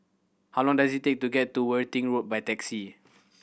how long does it take to get to Worthing Road by taxi